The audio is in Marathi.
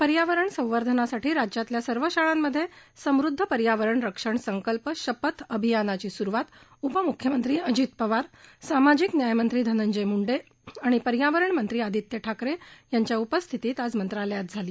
पर्यावरण संवर्धनासाठी राज्यातल्या सर्व शाळांमधे समुद्द पर्यावरण रक्षण संकल्प शपथ अभियानाची सुरुवात उपमुख्यमंत्री अजित पवार सामाजिक न्यायमंत्री धनंजय मुंडे आणि पर्यावरणमंत्री आदित्य ठाकरे यांच्या उपस्थितीत आज मंत्रालयात झाली